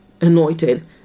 anointed